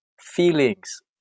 feelings